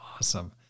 awesome